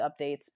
updates